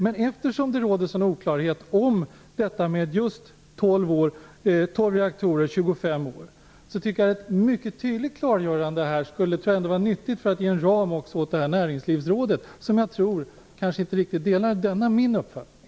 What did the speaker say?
Men eftersom det råder en sådan oklarhet i frågan om högst 12 reaktorer och längst 25 år, tycker jag att det skulle vara nyttigt med ett tydligt klargörande för att ge en ram åt Näringslivsrådet. Jag tror inte att rådet delar min uppfattning.